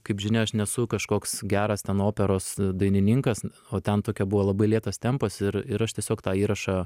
kaip žinia aš nesu kažkoks geras ten operos dainininkas o ten tokia buvo labai lėtas tempas ir ir aš tiesiog tą įrašą